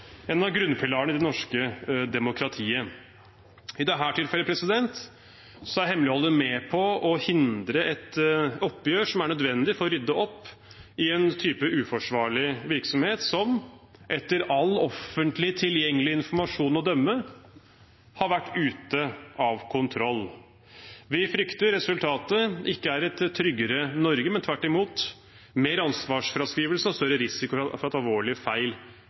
en av grunnpilarene i det norske demokratiet. I dette tilfellet er hemmeligholdet med på å hindre et oppgjør som er nødvendig for å rydde opp i en type uforsvarlig virksomhet, som etter all offentlig tilgjengelig informasjon å dømme har vært ute av kontroll. Vi frykter at resultatet ikke er et tryggere Norge, men tvert imot mer ansvarsfraskrivelse og større risiko for at alvorlige feil